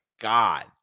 God